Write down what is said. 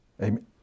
Amen